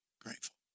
grateful